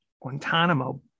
Guantanamo